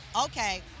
okay